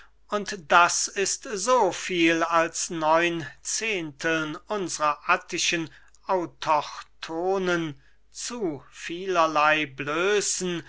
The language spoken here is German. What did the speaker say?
und das ist so viel als neun zehnteln unsrer attischen autochthonen zu vielerley blößen